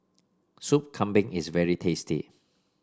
Soup Kambing is very tasty